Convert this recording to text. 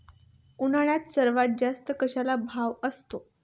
उन्हाळ्यात सर्वात जास्त कशाला भाव असतो?